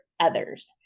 others